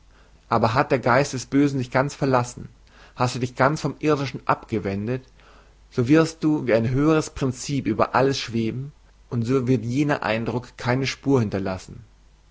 aber hat der geist des bösen dich ganz verlassen hast du dich ganz vom irdischen abgewendet so wirst du wie ein höheres prinzip über alles schweben und so wird jener eindruck keine spur hinterlassen